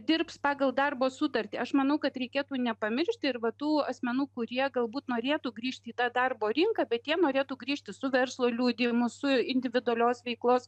dirbs pagal darbo sutartį aš manau kad reikėtų nepamiršti ir va tų asmenų kurie galbūt norėtų grįžti į tą darbo rinką bet jie norėtų grįžti su verslo liudijimu su individualios veiklos